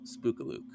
Spookalook